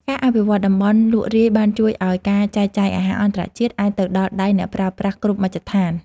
ការអភិវឌ្ឍន៍តំបន់លក់រាយបានជួយឱ្យការចែកចាយអាហារអន្តរជាតិអាចទៅដល់ដៃអ្នកប្រើប្រាស់គ្រប់មជ្ឈដ្ឋាន។